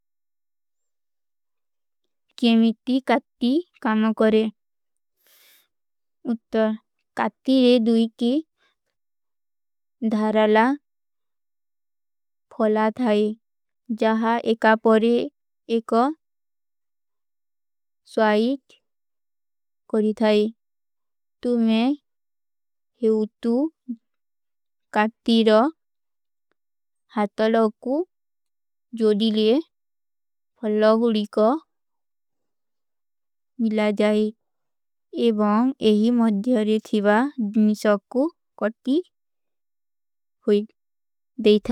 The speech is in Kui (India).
କେମିଟୀ କାଟ୍ଟୀ କାମା କରେଂ। ଉତ୍ତର, କାଟ୍ଟୀରେ ଦୁଈଟୀ ଧାରାଲା ଫଳା ଥାଈ। ଜହା ଏକା ପରେ ଏକା ସ୍ଵାଇଟ କରୀ ଥାଈ। ତୁମ୍ହେଂ ଏକ ଉତ୍ତର କାଟ୍ଟୀରା ହାଥା ଲାଖୂ। ଜୋଡିଲେ ଫଳା ଗୁଡୀ କା ମିଲା ଜାଈ। ଏବଂଗ ଏହୀ ମଦ୍ଦିଯାରେ ଥିଵା ଦୁନିଶା କୂ କାଟ୍ଟୀ ହୁଈ। ଦେହି ଥାଈ।